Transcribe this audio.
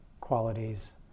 qualities